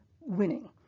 winning